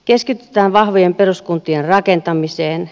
keskitytään vahvojen peruskuntien rakentamiseen